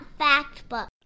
Factbook